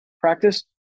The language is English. practice